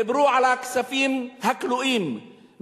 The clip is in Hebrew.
דיברו על הכספים הכלואים,